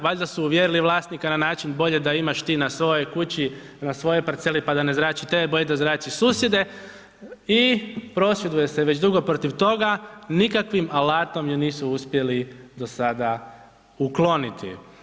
Valjda su uvjerili vlasnika na način bolje da imaš ti na svojoj kući, na svojoj parceli pa da ne zrači tebe, bolje da zrači susjede i prosvjeduju se već dugo protiv toga, nikakvim alatom je nisu uspjeli do sada ukloniti.